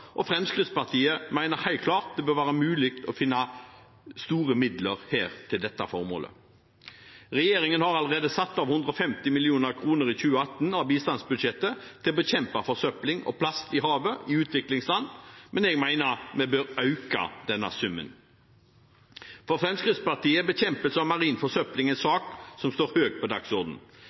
og Fremskrittspartiet mener at det helt klart bør være mulig å finne store midler der til dette formålet. Regjeringen har allerede satt av 150 mill. kr av bistandsbudsjettet for 2018 til å bekjempe forsøpling og plast i havet i utviklingsland, men jeg mener vi bør øke denne summen. For Fremskrittspartiet er bekjempelse av marin forsøpling en sak som står høyt på dagsordenen.